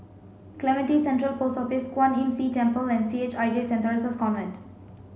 Clementi Central Post Office Kwan Imm See Temple and C H I J center Theresa's Convent